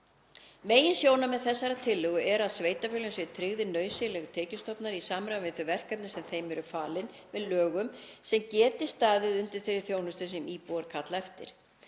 Meginsjónarmið þessarar tillögu er að sveitarfélögum séu tryggðir nauðsynlegir tekjustofnar, í samræmi við þau verkefni sem þeim eru falin með lögum, sem geti staðið undir þeirri þjónustu sem íbúar kalla eftir.